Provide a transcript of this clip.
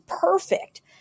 perfect